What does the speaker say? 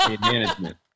management